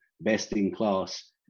best-in-class